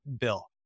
bill